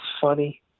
funny